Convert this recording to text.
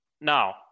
Now